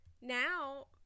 now